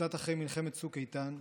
קצת אחרי צוק איתן,